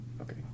Okay